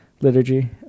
liturgy